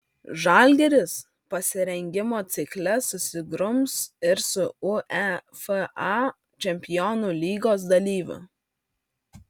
žalgiris pasirengimo cikle susigrums ir su uefa čempionų lygos dalyviu